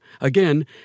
Again